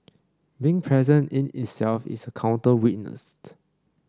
being present in itself is a counter witness